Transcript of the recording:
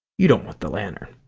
you don't want the lantern.